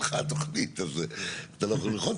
הדבר השני ששונה, עכשיו, יש פה שני דברים שהשתנו.